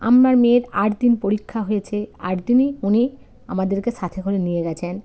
আমার মেয়ের আট দিন পরীক্ষা হয়েছে আট দিনই উনি আমাদেরকে সাথে করে নিয়ে গিয়েছেন